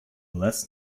less